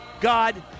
God